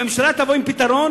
הממשלה תבוא עם פתרון?